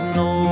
no